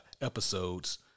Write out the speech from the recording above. episodes